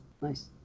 nice